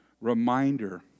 reminder